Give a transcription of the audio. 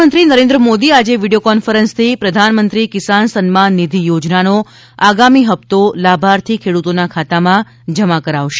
પ્રધાનમંત્રી નરેન્દ્ર મોદી આજે વિડિયો કોન્ફરન્સથી પ્રધાનમંત્રી કિસાન સન્માન નિધિ યોજનાનો આગામી હપ્તો લાભાર્થી ખેડૂતોના ખાતામાં જમા કરાવશે